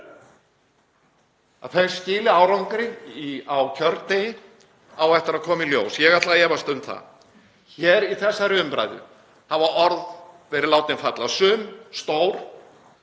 að það skili árangri á kjördegi á eftir að koma í ljós. Ég ætla að efast um það. Hér í þessari umræðu hafa orð verið látin falla, sum stór.